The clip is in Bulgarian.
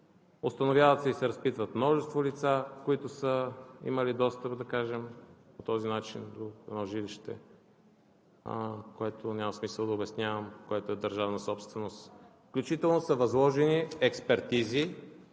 установяват се и се разпитват множество лица, които са имали достъп по този начин в жилище, което, няма смисъл да обяснявам, е държавна собственост. Включително са възложени експертизи